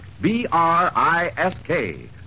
B-R-I-S-K